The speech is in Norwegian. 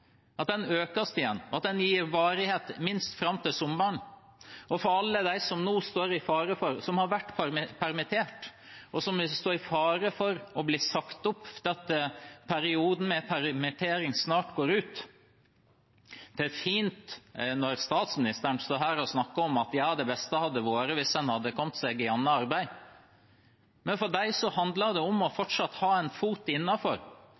økes igjen, og at den gis varighet minst fram til sommeren, og sørge for alle dem som har vært permittert, og som nå står i fare for å bli sagt opp etter at perioden med permittering snart går ut. Det er fint når statsministeren står her og snakker om at ja, det beste hadde vært hvis en hadde kommet seg i annet arbeid. Men for dem handler det om fortsatt å ha en fot